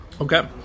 Okay